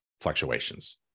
fluctuations